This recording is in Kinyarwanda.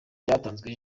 ryatanzwe